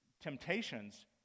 temptations